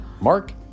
Mark